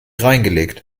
reingelegt